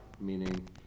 meaning